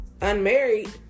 unmarried